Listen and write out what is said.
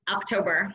October